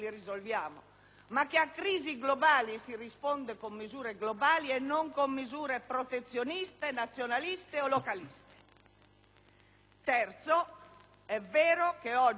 a crisi globali si risponde con misure globali e non con misure protezioniste, nazionaliste o localiste. Inoltre, è vero che azioni